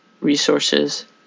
resources